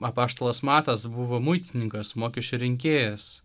apaštalas matas buvo muitininkas mokesčių rinkėjas